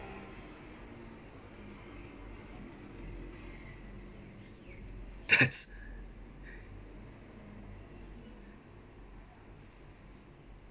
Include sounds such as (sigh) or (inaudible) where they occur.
that's (laughs)